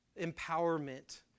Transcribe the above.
empowerment